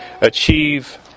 achieve